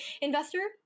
investor